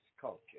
culture